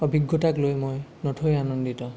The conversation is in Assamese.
অভিজ্ঞতাক লৈ মই নথৈ আনন্দিত